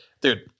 dude